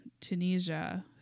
Tunisia